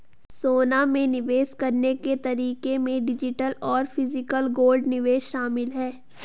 सोना में निवेश करने के तरीके में डिजिटल और फिजिकल गोल्ड निवेश शामिल है